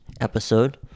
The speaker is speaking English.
episode